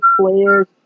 players